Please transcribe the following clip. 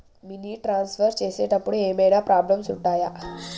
Money transfer చేసేటప్పుడు ఏమైనా problems ఉంటయా?